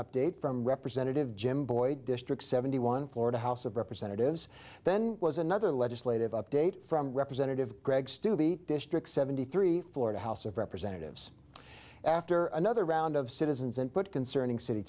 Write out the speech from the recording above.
update from representative jim boyd district seventy one florida house of representatives then was another legislative update from representative greg stube beat district seventy three florida house of representatives after another round of citizens and put concerning city